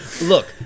Look